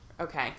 Okay